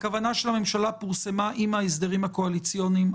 הכוונה של הממשלה פורסמה עם ההסדרים הקואליציוניים,